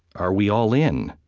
are we all in?